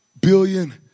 billion